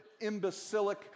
imbecilic